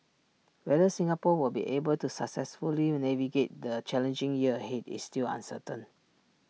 whether Singapore will be able to successfully navigate the challenging year ahead is still uncertain